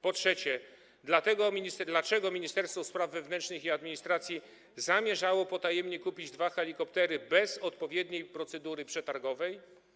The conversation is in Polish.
Po trzecie, dlaczego Ministerstwo Spraw Wewnętrznych i Administracji zamierzało potajemnie kupić dwa helikoptery bez odpowiedniej procedury przetargowej?